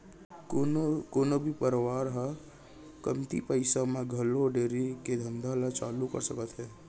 कोनो भी परवार ह कमती पइसा म घलौ डेयरी के धंधा ल चालू कर सकत हे